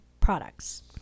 products